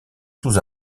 sous